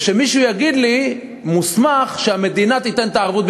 ושמישהו מוסמך יגיד לי שהמדינה תיתן את הערבות.